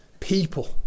people